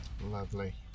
lovely